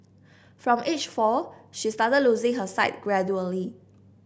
from age four she started losing her sight gradually